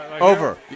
Over